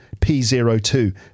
P02